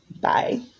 Bye